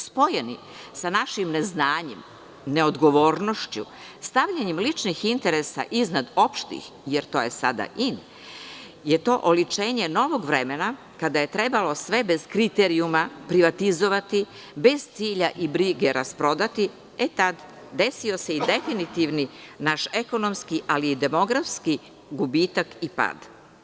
Spojen sa našim neznanjem, neodgovornošću, stavljanjem ličnih interesa iznad opštih, jer to je sada in i oličenje novog vremena, kada je trebalo sve bez kriterijuma privatizovati, bez cilja i brige rasprodati, tada se desio i definitivni naš ekonomski, ali i demografski gubitak i pad.